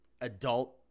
adult